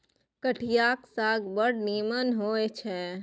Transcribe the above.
ठढियाक साग बड़ नीमन होए छै